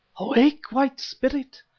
awake, white spirit,